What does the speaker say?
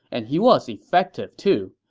and he was effective, too,